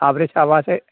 साब्रै साबासे